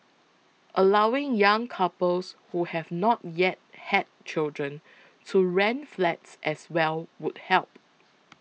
allowing young couples who have not yet had children to rent flats as well would help